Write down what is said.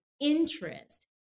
interest